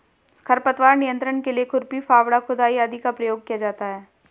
खरपतवार नियंत्रण के लिए खुरपी, फावड़ा, खुदाई आदि का प्रयोग किया जाता है